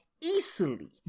easily